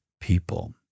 people